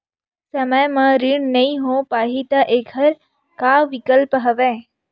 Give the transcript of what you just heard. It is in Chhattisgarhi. समय म ऋण नइ हो पाहि त एखर का विकल्प हवय?